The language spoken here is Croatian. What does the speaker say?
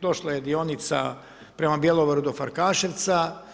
Došla je dionica prema Bjelovaru do Farkaševca.